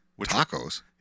Tacos